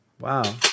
Wow